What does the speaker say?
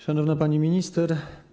Szanowna Pani Minister!